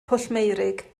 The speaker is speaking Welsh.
pwllmeurig